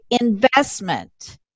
investment